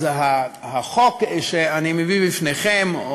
החוק שאני מביא בפניכם,